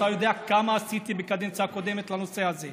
אתה יודע כמה עשיתי בקדנציה הקודמת בנושא הזה.